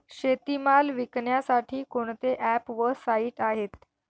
शेतीमाल विकण्यासाठी कोणते ॲप व साईट आहेत?